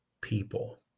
people